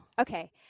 Okay